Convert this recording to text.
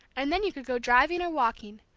and then you could go driving or walking.